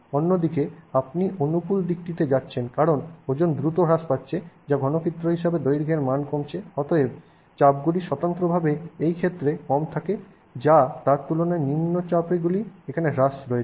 অন্যদিকে আপনি অনুকূল দিকটিতে যাচ্ছেন কারণ ওজন দ্রুত হ্রাস পাচ্ছে যা ঘনক্ষেত্র হিসাবে দৈর্ঘ্যের মান কমছে এবং অতএব চাপগুলি স্বতন্ত্রভাবে এই ক্ষেত্রে কম থাকে যা তার তুলনায় নিম্ন চাপগুলি এখানে রয়েছে